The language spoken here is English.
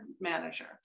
manager